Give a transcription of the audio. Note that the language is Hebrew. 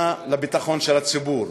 לביטחון של הציבור.